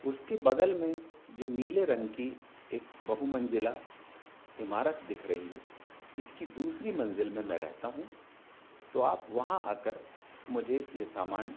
उसके बगल में जो नीले रंग की एक बहुमंज़िला इमारत दिख रही इसकी दूसरी मंज़िल में मैं रहता हूँ तो आप वहाँ आकर मुझे यह सामान